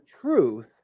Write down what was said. truth